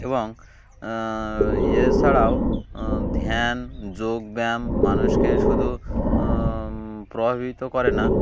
এবং এছাড়াও ধ্যান যোগব্যায়াম মানুষকে শুধু প্রভাবিত করে না